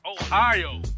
Ohio